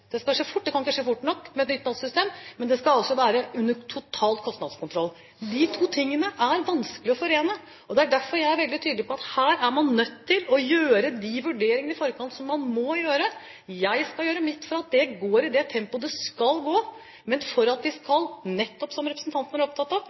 Det kan ikke skje fort nok å få et nytt datasystem, men det skal altså være under total kostnadskontroll. De to tingene er vanskelig å forene. Det er derfor jeg er veldig tydelig på at her er man nødt til å gjøre de vurderingene i forkant som man må gjøre. Jeg skal gjøre mitt for at det går i det tempoet det skal, men for – nettopp som representanten var opptatt av – å være sikker på at